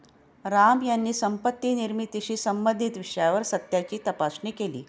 राम यांनी संपत्ती निर्मितीशी संबंधित विषयावर सत्याची तपासणी केली